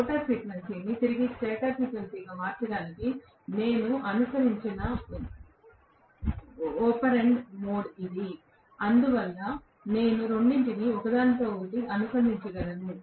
rotor ఫ్రీక్వెన్సీని తిరిగి stator ఫ్రీక్వెన్సీకి మార్చడానికి నేను అనుసరించిన ఒపెరాండ్ మోడ్ ఇది అందువల్ల నేను రెండింటినీ ఒకదానితో ఒకటి అనుసంధానించగలను